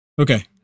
Okay